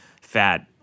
fat